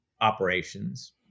operations